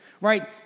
right